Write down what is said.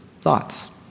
thoughts